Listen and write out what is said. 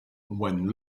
when